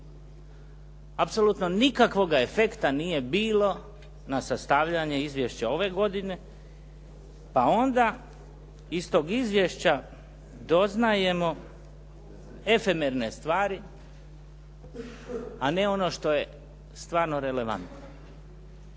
Apsolutno nikakvoga efekta nije bilo na sastavljanje izvješća ove godine pa onda iz tog izvješća doznajemo efemerne stvari, a ne ono što je stvarno relevantno.